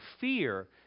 fear